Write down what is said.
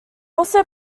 also